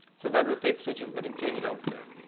so that's the text which is getting changed out there.